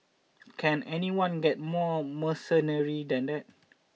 can anyone get more mercenary than that